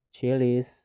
chilies